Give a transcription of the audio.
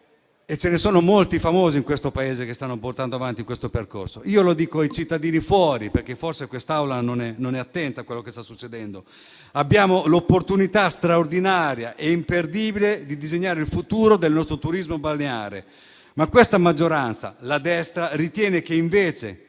Ce ne sono molti, famosi, nel Paese, che stanno portando avanti questo percorso. Lo dico ai cittadini fuori da quest'Aula, perché forse l'Assemblea non è attenta a quello che sta succedendo: abbiamo l'opportunità straordinaria e imperdibile di disegnare il futuro del nostro turismo balneare, ma la maggioranza di destra ritiene che invece